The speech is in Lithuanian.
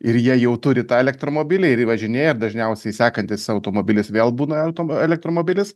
ir jie jau turi tą elektromobilį ir jį važinėja ir dažniausiai sekantis automobilis vėl būna elektromobilis